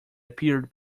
appeared